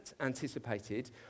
anticipated